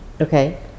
Okay